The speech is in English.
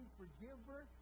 forgiver